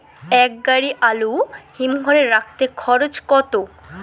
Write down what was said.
এক গাড়ি আলু হিমঘরে রাখতে খরচ কত?